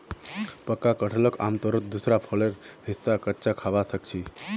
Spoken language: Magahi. पक्का कटहलक आमतौरत दूसरा फलेर हिस्सा कच्चा खबा सख छि